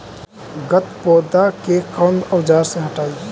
गत्पोदा के कौन औजार से हटायी?